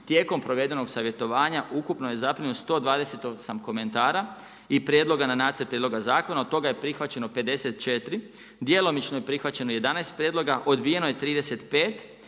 Tijekom provedenog savjetovanja, ukupno je zaprimljeno 128 komentara i prijedloge na nacrte …/Govornik se ne razumije./… zakona, od toga je prihvaćeno 54. Djelomično je prihvaćeno 11 prijedloga, odbijeno je 35